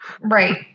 Right